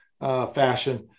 fashion